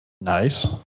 Nice